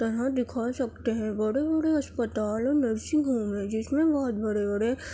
طرح دکھا سکتے ہیں بڑے بڑے اسپتال اور نرسنگ ہوم ہیں جس میں بہت بڑے بڑے